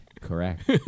Correct